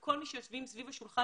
כל היושבים מסביב לשולחן